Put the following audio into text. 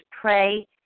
pray